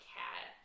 cat